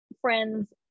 friends